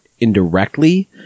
indirectly